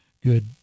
good